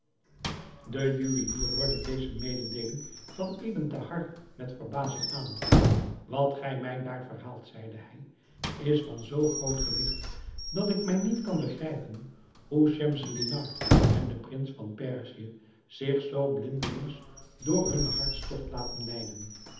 de juwelier hoorde deze mededeeling van ebn thahar met verbazing aan wat gij mij daar verhaalt zeide hij is van zoo groot gewigt dat ik mij niet kan begrijpen hoe schemselnihar en de prins van perzië zich zoo blindelings door hunnen hartstogt laten leiden